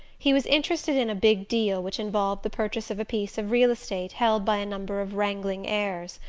he was interested in a big deal which involved the purchase of a piece of real estate held by a number of wrangling heirs.